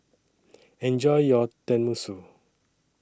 Enjoy your Tenmusu